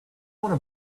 want